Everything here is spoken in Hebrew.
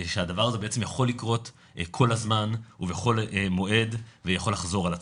ושהדבר הזה בעצם יכול לקרות כל הזמן ובכל מועד ויכול לחזור על עצמו.